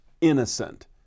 innocent